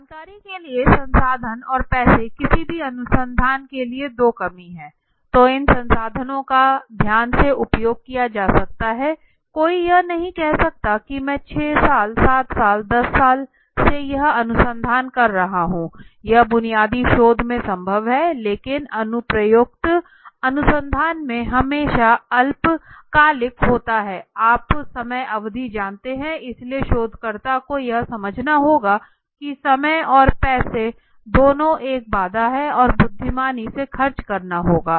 जानकारी के लिए समय संसाधन और पैसा किसी भी अनुसंधान के लिए दो कमी है तो इन दो संसाधनों का ध्यान से उपयोग किया जा सकता हैं कोई यह नहीं कह सकता कि मैं 6 साल 7 साल 10 साल से यह अनुसंधान कर रहा हूँ यह बुनियादी शोध में संभव है लेकिन अनुप्रयुक्त अनुसंधान में हमेशा अल्पकालिक होता है आप समय अवधि जानते हैं इसलिए शोधकर्ता को यह समझना होगा कि समय और पैसा दोनों एक बाधा हैं और बुद्धिमानी से खर्च करना होगा